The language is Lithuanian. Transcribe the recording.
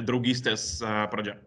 draugystės pradžia